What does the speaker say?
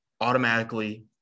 automatically